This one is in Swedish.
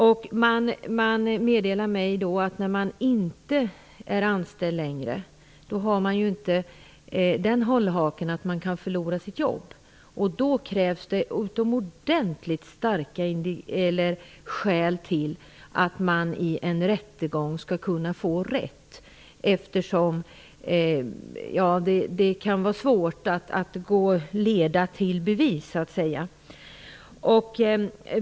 Man meddelar mig att den som inte längre är anställd inte har den hållhaken att han kan förlora sitt jobb. Det krävs då utomordentligt starka skäl för att man skall kunna få rätt i en rättegång, eftersom det kan vara svårt att leda detta i bevis.